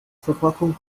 verpackung